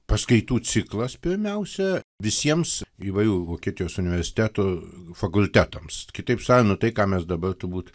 paskaitų ciklas pirmiausia visiems įvairių vokietijos universitetų fakultetams kitaip sakant nu tai ką mes dabar turbūt